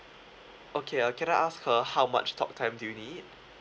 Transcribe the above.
okay uh can I ask uh how much talk time do you need